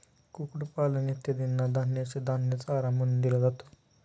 कुक्कुटपालन इत्यादींना धान्याचे धान्य चारा म्हणून दिले जाते